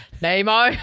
nemo